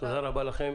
תודה רבה לכם.